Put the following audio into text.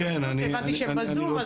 הבנתי שהם בזום,